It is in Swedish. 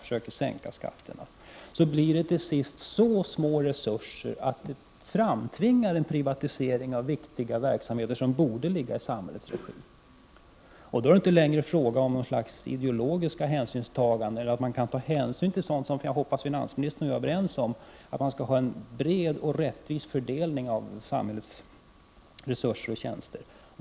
Försöker man sänka skatterna blir det till sist så små resurser att det framtvingas en privatisering av viktiga verksamheter som borde ligga i samhällets regi. Det är då inte längre fråga om något slags ideologiskt hänsynstagande eller att man skall ta hänsyn till sådant som jag hoppas att finansministern och jag är överens om, nämligen att man skall ha en bred och rättvis fördelning av samhällets resurser och tjänster.